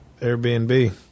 Airbnb